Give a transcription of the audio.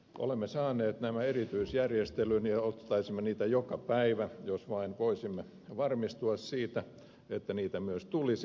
olemme saaneet nämä erityisjärjestelyin ja ottaisimme niitä joka päivä jos vain voisimme varmistua siitä että niitä myös tulisi